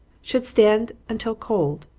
should stand until cold,